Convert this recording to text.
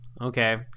okay